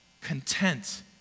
content